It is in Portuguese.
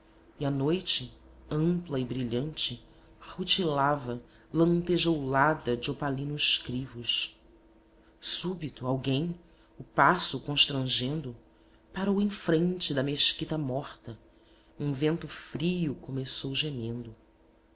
e a noite ampla e brilhante rutilava lantejoulada de opalinos crivos súbito alguém o passo constrangendo parou em frente da mesquita morta um vento frio começou gemendo